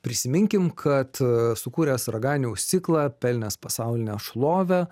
prisiminkim kad sukūręs raganiaus ciklą pelnęs pasaulinę šlovę